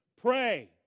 Pray